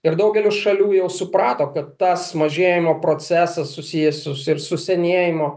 ir daugelis šalių jau suprato kad tas mažėjimo procesas susijęs ir ir su senėjimu